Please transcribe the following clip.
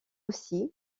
aussi